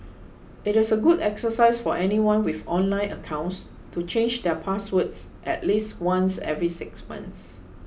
it is a good exercise for anyone with online accounts to change their passwords at least once every six months